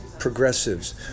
progressives